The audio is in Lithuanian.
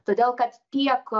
todėl kad tiek